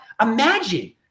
Imagine